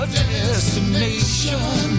destination